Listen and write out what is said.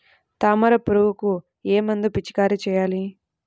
తామర పురుగుకు ఏ మందు పిచికారీ చేయాలి?